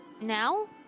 now